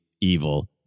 evil